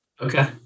okay